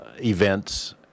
events